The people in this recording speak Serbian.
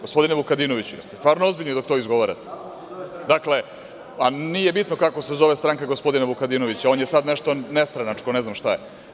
Gospodine Vukadinoviću, da li ste stvarno ozbiljni dok to izgovarate? (Marijan Rističević: Kako se zove stranka?) Dakle, nije bitno kako se zove stranka gospodina Vukadinovića, on je sad nešto nestranačko, ne znam šta je.